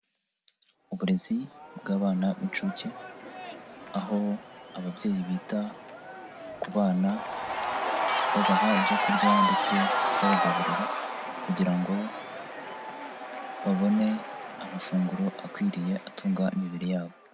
Uburezi bw'abana b'incuke aho ababyeyi bita ku bana babaha ibyorya ndetse babagaburira kugira ngo babone amafunguro akwiriye gutunga imibiri yabo.